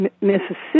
Mississippi